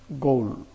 goal